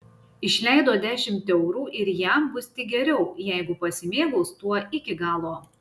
išleido dešimt eurų ir jam bus tik geriau jeigu pasimėgaus tuo iki galo